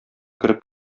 кереп